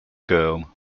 girl